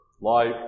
life